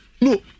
No